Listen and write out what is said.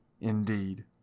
indeed